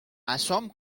عصام